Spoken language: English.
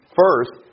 first